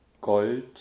Gold